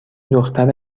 دختر